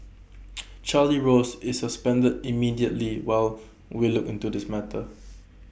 Charlie rose is suspended immediately while we look into this matter